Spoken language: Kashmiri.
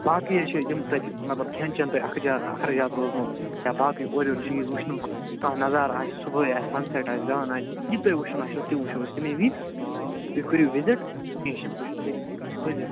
باقٕے حظ چھِ یِم تَتہِ مطلب کھٮ۪ن چٮ۪ن تۄہہِ اکھ جار اخراجات روزٕنَو یا باقٕے اورٕیور چیٖز وُچھنُک کانٛہہ نظارٕ آسہِ صُبحٲے آسہِ سَن سٮ۪ٹ آسہِ دَہَن آسہِ یہِ توہہِ وُچھُن آسٮ۪و تہِ وُچھَو أسۍ تٔمی وِز تُہۍ کٔرِو وِزِٹ کیٚنٛہہ چھُنہٕ بہٕ چھُس تٔتی حٲظر